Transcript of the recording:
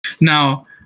now